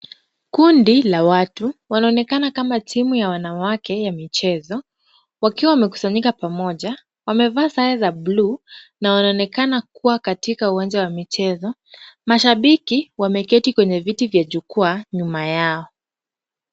Kundi la watu, wanaonekana kama timu ya wanawake ya michezo wakiwa wamekusanyika pamoja. Wamevaa sare za bluu na wanaonekana kuwa katika kiwanja ya michezo. Mashabiki wameketi kwenye viti vya jukwaa nyuma yao.